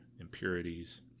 impurities